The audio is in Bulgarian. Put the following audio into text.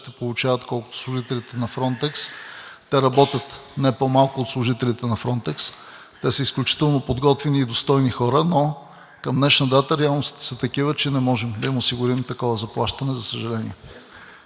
ще получават колкото служителите на „Фронтекс“. Те работят не по-малко от служителите на „Фронтекс“ и са изключително подготвени и достойни хора, но към днешна дата реалностите са такива, че не можем да им осигурим такова заплащане, за съжаление.